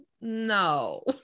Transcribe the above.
no